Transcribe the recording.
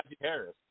Harris